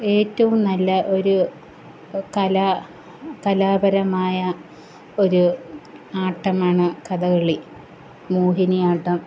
ഏറ്റവും നല്ല ഒരു കലാ കലാപരമായ ഒരു ആട്ടമാണ് കഥകളി മോഹിനിയാട്ടം